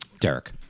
Derek